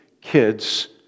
kids